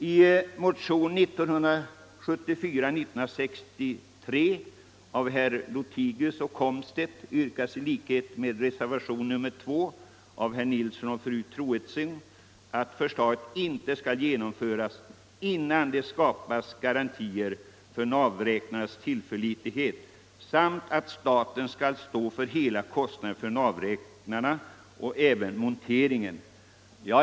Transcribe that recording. I motionen 1963 av herrar Lothigius och Komstedt yrkas liksom i reservation 2 av herr Nilsson i Trobro och fru Troedsson att förslaget inte skall genomföras innan det skapats garantier för navräknarnas tillförlitlighet samt att staten skall stå för hela kostnaden för navräknarna inklusive monteringen.